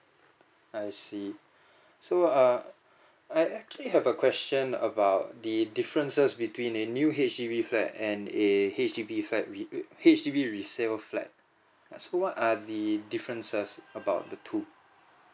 I see so err I actually have a question about the differences between a new H_D_B flat and a H_D_B flat wit~ H_D_B resale flat so what are the differences about the two